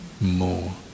more